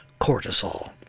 cortisol